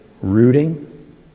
rooting